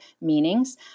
meanings